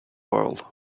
world